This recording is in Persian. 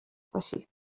باشی